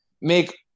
make